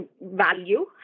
value